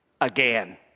again